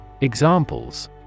Examples